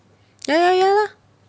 ya ya ya lah